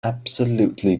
absolutely